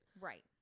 Right